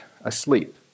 asleep